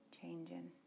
changing